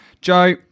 Joe